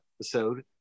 episode